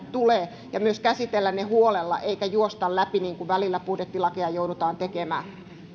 tulee ja myös käsitellä ne huolella eikä juosta läpi niin kuin välillä budjettilakeja joudutaan tekemään